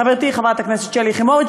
חברתי חברת הכנסת שלי יחימוביץ,